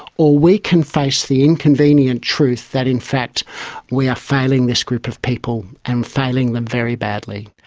or we can face the inconvenient truth that in fact we are failing this group of people and failing them very badly.